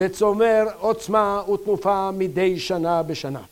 וצובר עוצמה ותנופה מדי שנה בשנה.